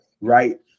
right